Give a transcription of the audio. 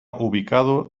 ubicado